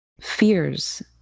fears